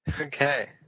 Okay